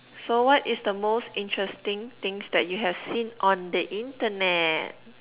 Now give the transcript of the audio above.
so what is the most interesting things that you have seen on the Internet